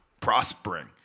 prospering